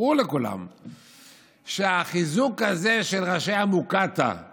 ברור לכולם שהחיזוק הזה של ראשי המוקטעה